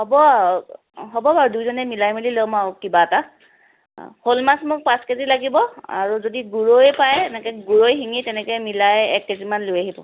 হ'ব হ'ব বাৰু দুইজনে মিলাই মেলি লম আৰু কিবা এটা শ'ল মাছ মোক পাঁচ কেজি লাগিব আৰু যদি গৰৈ পায় গৰৈ শিঙি তেনেকৈ মিলাই তাৰে এক কেজি মান লৈ আহিব